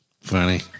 Funny